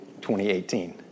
2018